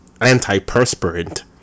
antiperspirant